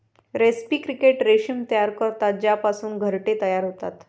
रेस्पी क्रिकेट रेशीम तयार करतात ज्यापासून घरटे तयार होतात